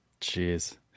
Jeez